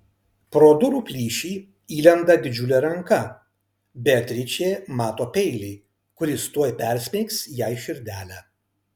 pro durų plyšį įlenda didžiulė ranka beatričė mato peilį kuris tuoj persmeigs jai širdelę